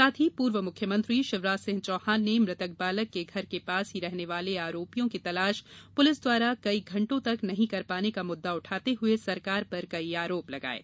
साथ ही पूर्व मुख्यमंत्री शिवराज सिंह चौहान ने मृतक बालक के घर के पास ही रहने वाले आरोपियों की तलाश पुलिस द्वारा कई घंटों तक नहीं कर पाने को मुद्दा उठाते हुए सरकार पर कई आरोप लगाये